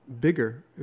bigger